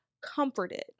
comforted